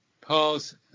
Paul's